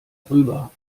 rüber